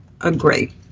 agree